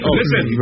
Listen